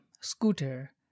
scooter